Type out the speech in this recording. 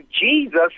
Jesus